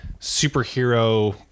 superhero